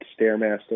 Stairmaster